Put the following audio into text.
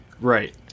right